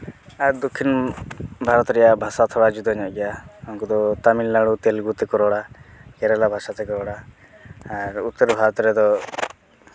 ᱟᱨ ᱫᱚᱠᱠᱷᱤᱱ ᱵᱷᱟᱨᱚᱛ ᱨᱮᱭᱟᱜ ᱵᱷᱟᱥᱟ ᱛᱷᱚᱲᱟ ᱡᱩᱫᱟᱹ ᱧᱚᱜ ᱜᱮᱭᱟ ᱩᱱᱠᱩ ᱫᱚ ᱛᱟᱹᱢᱤᱞᱱᱟᱹᱲᱩ ᱛᱮᱞᱮᱜᱩ ᱛᱮᱠᱚ ᱨᱚᱲᱼᱟ ᱠᱮᱨᱟᱞᱟ ᱵᱷᱟᱥᱟ ᱛᱮᱠᱚ ᱨᱚᱲᱼᱟ ᱟᱨ ᱩᱛᱛᱚᱨ ᱵᱷᱟᱨᱚᱛ ᱨᱮᱫᱚ